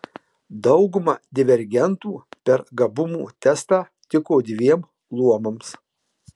dauguma divergentų per gabumų testą tiko dviem luomams